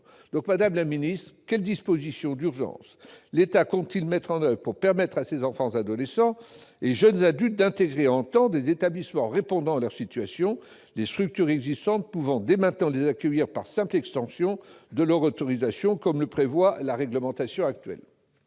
secrétaire d'État, quelles dispositions d'urgence l'État compte-t-il mettre en oeuvre pour permettre à ces enfants, adolescents et jeunes adultes d'intégrer, en temps, des établissements répondant à leur situation, les structures existantes pouvant dès maintenant les accueillir par simple extension de leur autorisation, comme le prévoit la réglementation actuelle ?